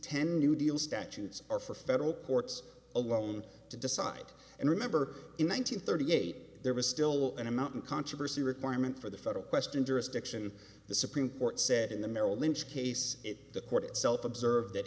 ten new deal statutes are for federal courts alone to decide and remember in one nine hundred thirty eight there was still an amount of controversy requirement for the federal question jurisdiction the supreme court said in the merrill lynch case if the court itself observed that